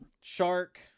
Shark